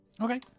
okay